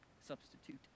substitute